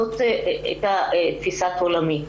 זאת הייתה תפיסת עולמי.